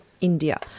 India